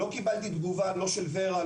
לא קיבלתי תגובה של ור"ה,